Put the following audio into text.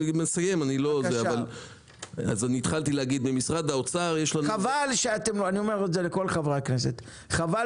אז התחלתי להגיד שממשרד האוצר -- אני אומר לכל חברי הכנסת: חבל